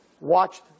watched